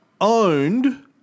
owned